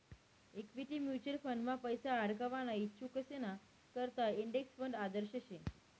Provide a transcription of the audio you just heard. equity mutual फंडमा पैसा आडकवाना इच्छुकेसना करता इंडेक्स फंड आदर्श शे